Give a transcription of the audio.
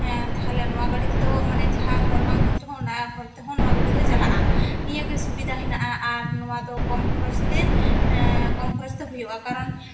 ᱛᱟᱦᱚᱞᱮ ᱱᱚᱣᱟ ᱜᱟᱹᱰᱤ ᱛᱮᱫᱚ ᱢᱟᱱᱮ ᱢᱟᱦᱟᱸ ᱦᱚᱨ ᱵᱟᱝ ᱡᱩᱛ ᱨᱮᱦᱚᱸ ᱚᱱᱟ ᱦᱚᱨ ᱛᱮᱦᱚᱸ ᱱᱚᱶᱟ ᱜᱟᱹᱰᱤ ᱫᱚ ᱪᱟᱞᱟᱜᱼᱟ ᱱᱤᱭᱟᱹ ᱜᱮ ᱥᱩᱵᱤᱫᱟ ᱦᱮᱱᱟᱜᱼᱟ ᱟᱨ ᱱᱚᱣᱟ ᱫᱚ ᱠᱚᱢ ᱠᱷᱚᱨᱚᱪ ᱛᱮ ᱠᱚᱢ ᱠᱷᱚᱨᱚᱪ ᱛᱮ ᱦᱩᱭᱩᱜᱼᱟ ᱠᱟᱨᱚᱱ